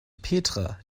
petra